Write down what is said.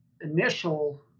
initial